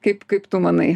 kaip kaip tu manai